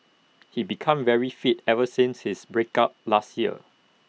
he become very fit ever since his break up last year